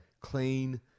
clean